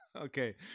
Okay